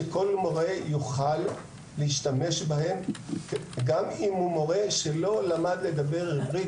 שכל מורה יוכל להשתמש בהם גם אם הוא מורה שלא למד לדבר ערבית